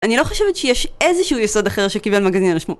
אני לא חושבת שיש איזשהו יסוד אחר שקיבל מגזין על שמו